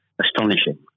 astonishing